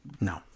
No